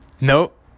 Nope